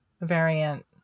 variant